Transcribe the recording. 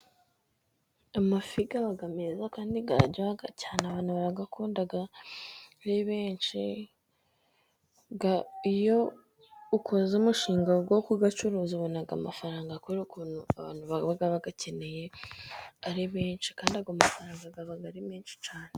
amafi aba meza kandi araryoha cyane, abantu barayakunda ari benshi, iyo ukoze umushinga wo kuyacuruza ubona amafaranga kubera ukuntu abantu baba bayakeneye ari benshi. Kandi ayo mafaranga aba ari menshi cyane.